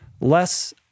Less